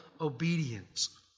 obedience